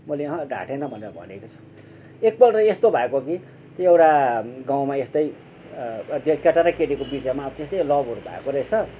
मैले अहँ ढाटिने भनेर भनेको छु एकपल्ट यस्तो भएको कि त्यो एउटा गाउँमा यस्तै केटा र केटीको बिचमा त्यस्तै लभहरू भएको रहेछ